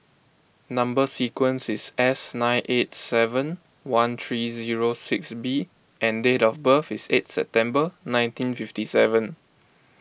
Number Sequence is S nine eight seven one three zero six B and date of birth is eight September one ning five seven